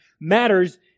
matters